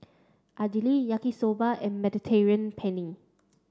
Idili Yaki Soba and Mediterranean Penne